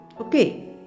Okay